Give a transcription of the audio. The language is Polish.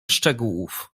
szczegółów